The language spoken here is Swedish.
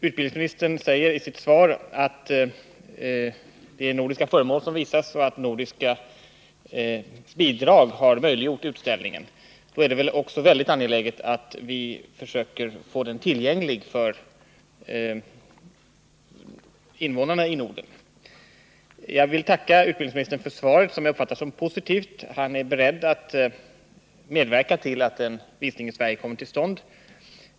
Utbildningsministern säger i sitt svar att det är nordiska föremål som visas och att nordiska bidrag möjliggjort utställningen. Då är det väl också mycket angeläget att vi försöker få utställningen tillgänglig för invånarna i Norden. Jag vill tacka utbildningsministern för svaret, som jag uppfattar som positivt. Utbildningsministern är beredd att medverka till att en visning kommer till stånd i Sverige.